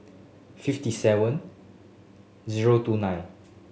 fifty seven zero two nine